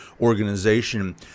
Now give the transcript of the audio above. organization